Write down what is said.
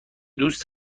دوست